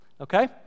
okay